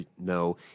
no